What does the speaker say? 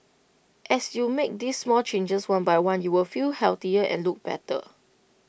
as you make these small changes one by one you will feel healthier and look better